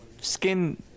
skin